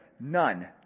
None